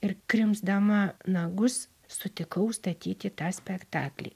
ir krimsdama nagus sutikau statyti tą spektaklį